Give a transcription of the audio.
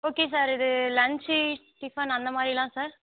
okay sir இது lunch tiffin அந்தமாதிரிலாம் sir